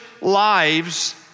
lives